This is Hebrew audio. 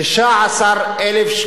שישה-עשר אלף.